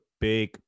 big